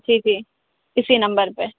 جی جی اسی نمبر پہ